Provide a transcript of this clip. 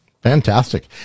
Fantastic